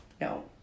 No